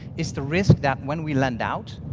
it's the risk that when we lend out